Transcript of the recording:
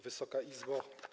Wysoka Izbo!